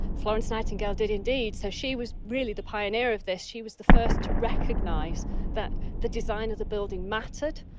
florence nightingale did indeed. so she was really the pioneer of this, she was the first to recognise that the design of the building mattered.